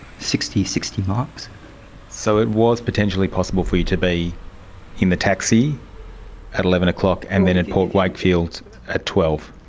sixty sixty miles. so it was potentially possible for you to be in the taxi at eleven o'clock and then at port wakefield at twelve?